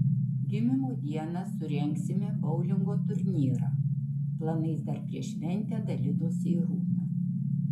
gimimo dieną surengsime boulingo turnyrą planais dar prieš šventę dalinosi irūna